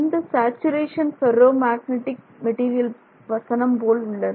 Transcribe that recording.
இந்த saturation ferro magnetic material போல உள்ளது